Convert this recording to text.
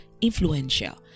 influential